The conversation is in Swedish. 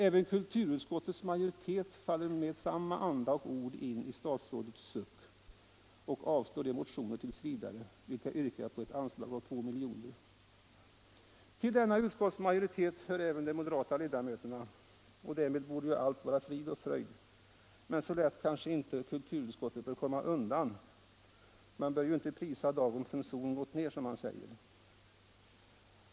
Även kulturutskottets majoritet faller med samma anda och samma ord in i statsrådets suck och avstyrker t. v. de motioner, vilka yrka på ett anslag av 2 miljoner. Till denna utskottsmajoritet hör även de moderata ledamöterna, och därmed borde ju allt vara frid och fröjd. Men så lätt kanske inte kulturutskottet bör komma undan. Man bör ju ej prisa dag förrän sol gått ned — som ordspråket lyder.